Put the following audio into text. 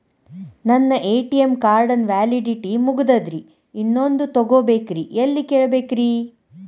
ನನ್ನ ATM card ನ validity ಮುಗದದ್ರಿ ಇನ್ನೊಂದು ತೊಗೊಬೇಕ್ರಿ ಎಲ್ಲಿ ಕೇಳಬೇಕ್ರಿ?